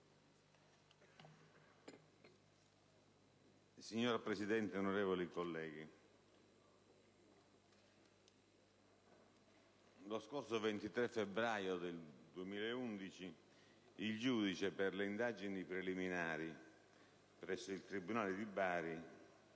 Signor Presidente, onorevoli colleghi, lo scorso 23 febbraio 2011 il giudice per le indagini preliminari presso il tribunale di Bari